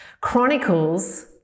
Chronicles